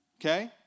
okay